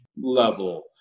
level